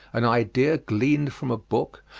an idea gleaned from a book,